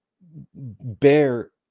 bear